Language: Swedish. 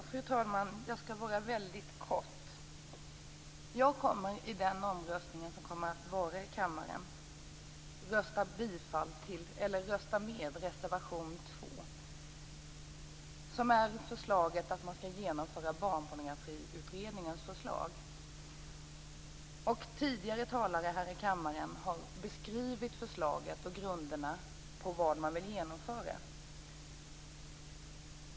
Fru talman! Jag skall fatta mig väldigt kort. I kommande omröstning här i kammaren kommer jag att rösta för reservation 2, ett förslag som innebär att Barnpornografiutredningens förslag skall genomföras. Tidigare talare här i kammaren har beskrivit förslaget och grunderna för det som man vill genomföra.